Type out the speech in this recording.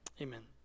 amen